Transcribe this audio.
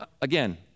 again